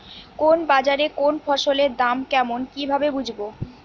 কোন বাজারে কোন ফসলের দাম কেমন কি ভাবে বুঝব?